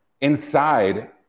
inside